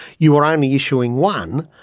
you are only issuing one,